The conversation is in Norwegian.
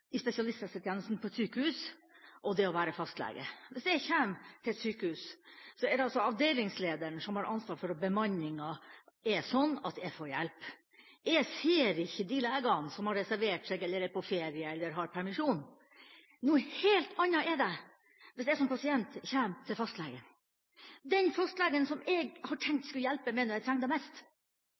i spesialisthelsetjenesten på et sykehus, som å være fastlege. Hvis jeg kommer til et sykehus, er det avdelingslederen som har ansvaret for at bemanningen er sånn at jeg får hjelp. Jeg ser ikke de legene som har reservert seg, eller er på ferie eller har permisjon. Noe helt annet er det hvis jeg som pasient kommer til fastlegen, den fastlegen som jeg hadde tenkt skulle hjelpe meg når jeg trenger det mest.